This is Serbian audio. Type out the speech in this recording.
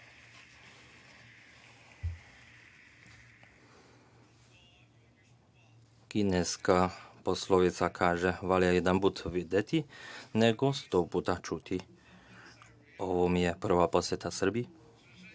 Kineska poslovica kaže – valja jedanput videti nego 100 puta čuti. Ovo mi je prva poseta Srbiji,